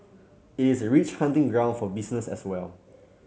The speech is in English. it is a rich hunting ground for business as well